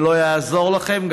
ולא יעזור לכם,